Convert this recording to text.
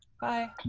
Bye